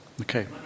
Okay